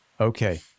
Okay